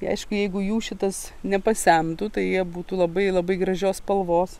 aišku jeigu jų šitas nepasemtų tai jie būtų labai labai gražios spalvos